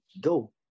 go